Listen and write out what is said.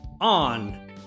on